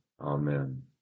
Amen